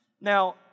Now